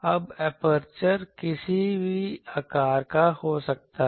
अब एपर्चर किसी भी आकार का हो सकता है